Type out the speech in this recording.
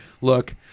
look